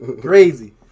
Crazy